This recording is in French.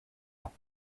ans